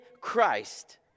Christ